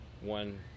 one